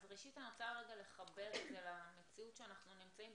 אז ראשית אני רוצה רגע לחבר את זה למציאות שאנחנו נמצאים,